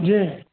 जी